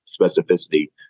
specificity